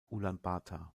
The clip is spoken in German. ulaanbaatar